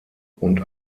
und